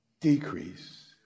decrease